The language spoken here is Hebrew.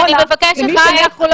עובדים אצלך.